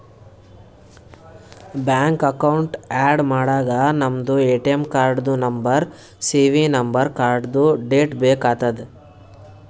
bank account add ಮಾಡಾಗ ನಮ್ದು ATM ಕಾರ್ಡ್ದು ನಂಬರ್ ಸಿ.ವಿ ನಂಬರ್ ಕಾರ್ಡ್ದು ಡೇಟ್ ಬೇಕ್ ಆತದ್